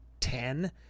ten